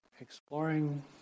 exploring